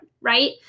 right